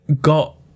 got